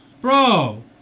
bro